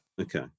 Okay